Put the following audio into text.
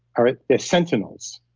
ah they're sentinels.